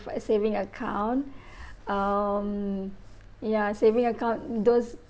for a saving account um ya saving account those